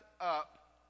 up